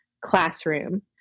classroom